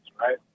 right